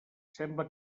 sembla